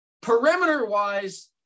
Perimeter-wise